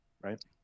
right